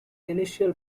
initial